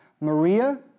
Maria